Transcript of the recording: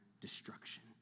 destruction